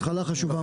התחלה חשובה מאוד.